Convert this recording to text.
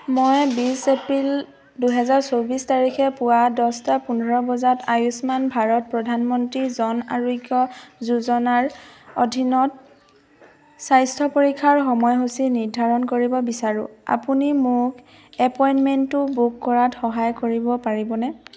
মই বিছ এপ্ৰিল দুহেজাৰ চৌবিছ তাৰিখে পুৱা দছটা পোন্ধৰ বজাত আয়ুষ্মান ভাৰত প্ৰধানমন্ত্ৰী জন আৰোগ্য যোজনাৰ অধীনত স্বাস্থ্য পৰীক্ষাৰ সময়সূচী নিৰ্ধাৰণ কৰিব বিচাৰোঁ আপুনি মোক এপইণ্টমেণ্টটো বুক কৰাত সহায় কৰিব পাৰিবনে